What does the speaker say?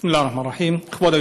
בסם אללה א-רחמאן א-רחים.